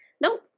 Nope